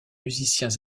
musiciens